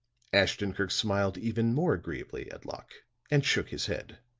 ashton-kirk smiled even more agreeably at locke and shook his head.